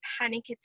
panic